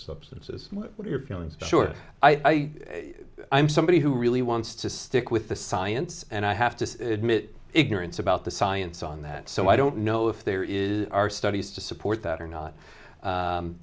substances what are your feelings short i i'm somebody who really wants to stick with the science and i have to admit ignorance about the science on that so i don't know if there is are studies to support that or not